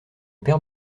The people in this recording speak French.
paire